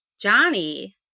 Johnny